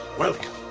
welcome